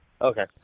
Okay